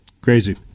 Crazy